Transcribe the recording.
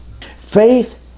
Faith